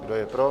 Kdo je pro?